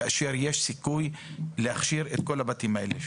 כאשר יש סיכוי להכשיר את כל הבתים האלה?